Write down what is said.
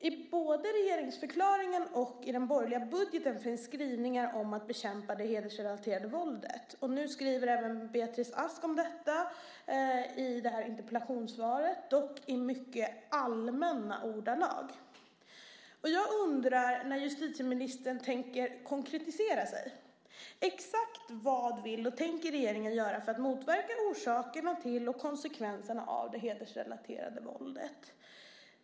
I både regeringsförklaringen och den borgerliga budgeten finns skrivningar om att bekämpa det hedersrelaterade våldet. Nu skriver även Beatrice Ask om detta i det här interpellationssvaret, dock i mycket allmänna ordalag. Jag undrar när justitieministern tänker konkretisera sig. Exakt vad vill och tänker regeringen göra för att motverka orsakerna till och konsekvenserna av det hedersrelaterade våldet?